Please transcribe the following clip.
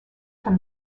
from